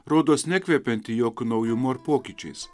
rodos nekvepiantį jokiu naujumu ar pokyčiais